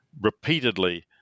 repeatedly